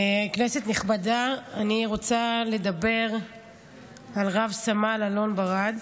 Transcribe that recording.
כנסת נכבדה, אני רוצה לדבר על רב-סמל אלון ברד,